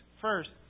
First